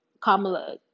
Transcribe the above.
Kamala